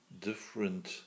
different